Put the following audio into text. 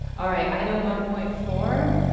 all right, item one point four,